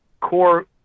core